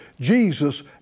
Jesus